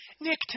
Nick